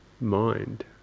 mind